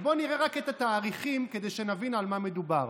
ובואו נראה את התאריכים כדי שנבין על מה מדובר: